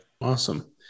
Awesome